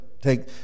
take